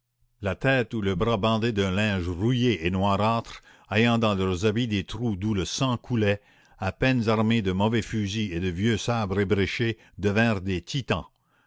la tête ou le bras bandé d'un linge rouillé et noirâtre ayant dans leurs habits des trous d'où le sang coulait à peine armés de mauvais fusils et de vieux sabres ébréchés devinrent des titans